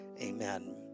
Amen